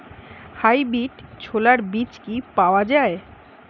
Hybrid ছোলার বীজ কি পাওয়া য়ায়?